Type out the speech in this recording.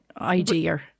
idea